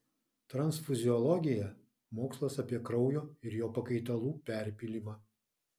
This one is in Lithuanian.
transfuziologija mokslas apie kraujo ir jo pakaitalų perpylimą